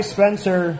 Spencer